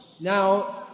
Now